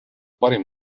parim